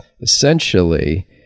essentially